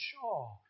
sure